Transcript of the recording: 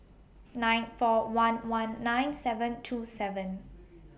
nine four one one nine seven two seven